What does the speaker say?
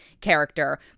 character